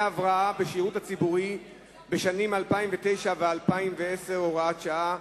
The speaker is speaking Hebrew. הבראה בשירות הציבורי בשנים 2009 ו-2010 (הוראת שעה),